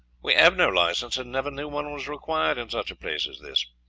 we have no license, and never knew one was required in such a place as this.